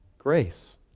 Grace